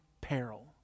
peril